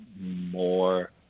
more